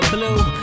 Blue